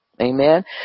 amen